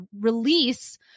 release